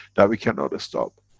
that we can not stop.